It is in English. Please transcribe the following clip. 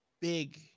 big